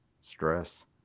stress